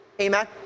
Amen